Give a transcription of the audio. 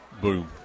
Boom